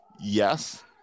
yes